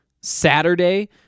Saturday